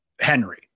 Henry